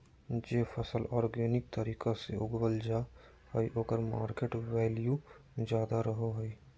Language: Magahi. जे फसल ऑर्गेनिक तरीका से उगावल जा हइ ओकर मार्केट वैल्यूआ ज्यादा रहो हइ